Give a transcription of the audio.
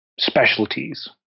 Specialties